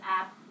app